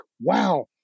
wow